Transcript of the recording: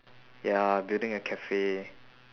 ya building a cafe